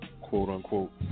quote-unquote